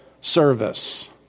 service